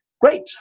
Great